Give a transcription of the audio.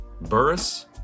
Burris